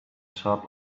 shop